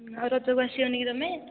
ଆଉ ରଜକୁ ଆସିବନି କି ତୁମେ